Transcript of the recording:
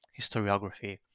historiography